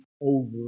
over